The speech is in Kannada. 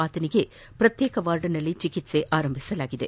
ಆತನಿಗೆ ಪ್ರತ್ನೇಕ ವಾರ್ಡ್ನಲ್ಲಿ ಚಿಕಿತ್ಸೆ ಆರಂಭಿಸಲಾಗಿದೆ